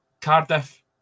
Cardiff